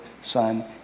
Son